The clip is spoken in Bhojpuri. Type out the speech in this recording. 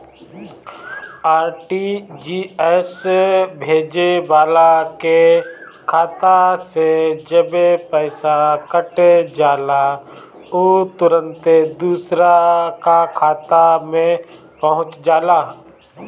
आर.टी.जी.एस भेजे वाला के खाता से जबे पईसा कट जाला उ तुरंते दुसरा का खाता में पहुंच जाला